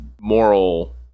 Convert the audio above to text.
moral